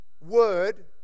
word